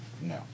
No